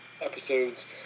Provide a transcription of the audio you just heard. episodes